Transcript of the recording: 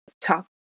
talk